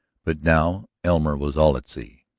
but now elmer was all at sea,